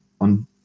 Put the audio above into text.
on